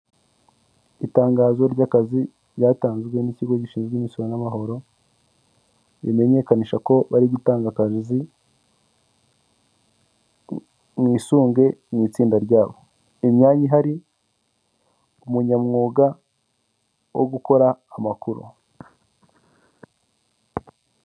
Itangazo ry'akazi ryatanzwe n'ikigo gishinzwe imisoro n'amahoro bimenyekanisha ko bari gutanga akazi, mwisunge mu itsinda ryabo, imyanya ihari umunyamwuga wo gukora amakuru.